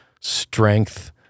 strength